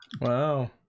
Wow